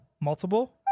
multiple